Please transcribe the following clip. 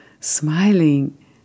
smiling